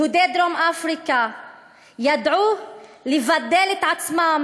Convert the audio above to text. יהודי דרום-אפריקה ידעו לבדל את עצמם